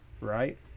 Right